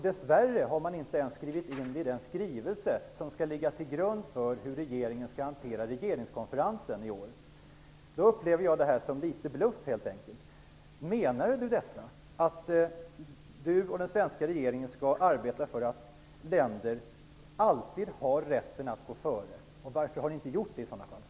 Dess värre har man inte ens skrivit in det i den skrivelse som skall ligga till grund för hur regeringen skall hantera regeringskonferensen i år. Jag upplever därför statsministerns artikel som litet av en bluff. Menade statsministern att han och den svenska regeringen skall arbeta för att länder alltid skall ha rätten att gå före, och varför har ni i så fall inte gjort det?